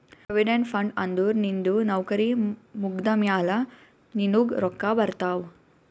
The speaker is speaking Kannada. ಪ್ರೊವಿಡೆಂಟ್ ಫಂಡ್ ಅಂದುರ್ ನಿಂದು ನೌಕರಿ ಮುಗ್ದಮ್ಯಾಲ ನಿನ್ನುಗ್ ರೊಕ್ಕಾ ಬರ್ತಾವ್